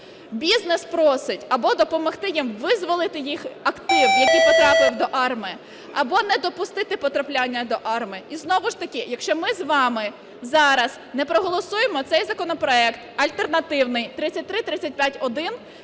Бізнес просить або допомогти їм визволити їх актив, який потрапив до АРМА, або не допустити потрапляння до АРМА. І знову ж таки, якщо ми з вами зараз не проголосуємо цей законопроект альтернативний 3335-1,